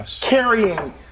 carrying